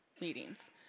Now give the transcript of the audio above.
meetings